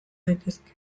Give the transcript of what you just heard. daitezke